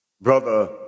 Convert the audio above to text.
Brother